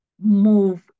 move